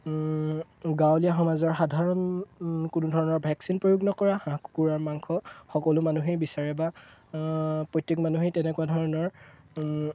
গাঁৱলীয়া সমাজৰ সাধাৰণ কোনো ধৰণৰ ভেকচিন প্ৰয়োগ নকৰা হাঁহ কুকুৰ আৰু মাংস সকলো মানুহেই বিচাৰে বা প্ৰত্যেক মানুহেই তেনেকুৱা ধৰণৰ